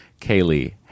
Kaylee